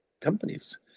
companies